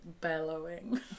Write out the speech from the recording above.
bellowing